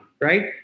right